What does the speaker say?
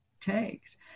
takes